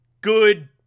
Good